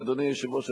אדוני היושב-ראש,